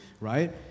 right